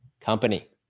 company